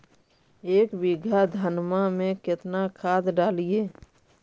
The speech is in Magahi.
एक बीघा धन्मा में केतना खाद डालिए?